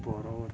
ପରବର୍ତ୍ତୀ